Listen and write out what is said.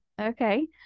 okay